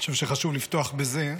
חושב שחשוב לפתוח בזה.